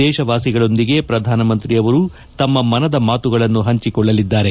ದೇಶವಾಸಿಗಳೊಂದಿಗೆ ಪ್ರಧಾನಮಂತ್ರಿ ತಮ್ಮ ಮನದ ಮಾತುಗಳನ್ನು ಪಂಚಿಕೊಳ್ಳಲಿದ್ದಾರೆ